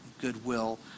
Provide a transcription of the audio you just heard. goodwill